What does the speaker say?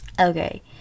okay